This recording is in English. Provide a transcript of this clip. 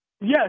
Yes